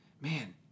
man